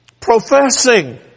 professing